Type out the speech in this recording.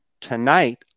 tonight